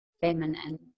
feminine